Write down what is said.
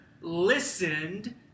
listened